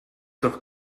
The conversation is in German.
doch